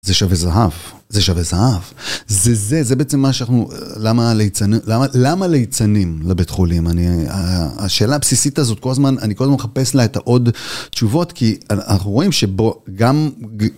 זה שווה זהב, זה שווה זהב, זה זה, זה בעצם מה שאנחנו, למה ליצנים לבית חולים, השאלה הבסיסית הזאת כל הזמן, אני כל הזמן מחפש לה את העוד תשובות כי אנחנו רואים שבו גם